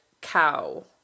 cow